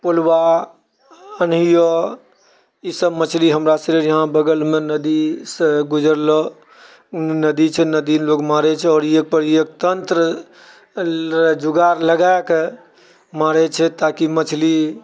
पुलवा इसभ मछली हमरासँ यहाँ बगलमे नदीसँ गुजरलो नदी छै नदी लोग मारै छै आओर एहि पर एक तन्त्र जोगारि लगाकऽ मारै छै ताकि मछली